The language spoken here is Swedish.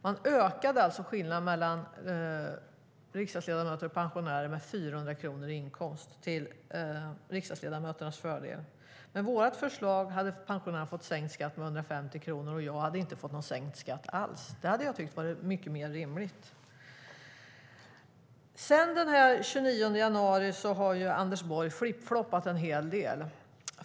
De ökade alltså skillnaden i inkomst mellan riksdagsledamöter och pensionärer med 400 kronor, till riksdagsledamöternas fördel. Med vårt förslag hade pensionärerna fått sänkt skatt med 150 kronor, och jag hade inte fått någon sänkt skatt alls. Det hade jag tyckt varit mycket mer rimligt. Sedan den 29 januari har Anders Borg flipp-floppat en hel del.